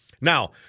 Now